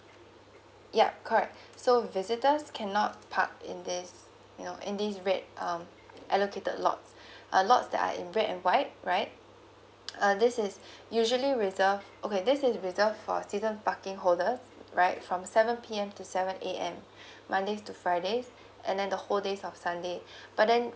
yup correct so visitors cannot park in these you know in these red um allocated lots uh lots that are in red and white right uh this is usually reserved okay this is reserved for season parking holders right from seven P_M to seven A_M mondays to fridays and then the whole days of sunday but then